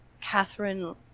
Catherine